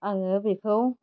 आङो बेखौ